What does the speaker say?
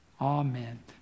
Amen